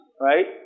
Right